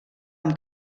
amb